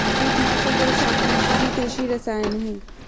कीटनाशक और शाकनाशी भी कृषि रसायन हैं